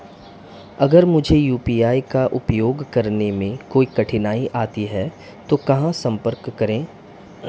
अगर मुझे यू.पी.आई का उपयोग करने में कोई कठिनाई आती है तो कहां संपर्क करें?